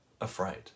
afraid